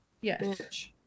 Yes